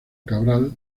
cabral